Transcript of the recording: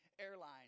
Airline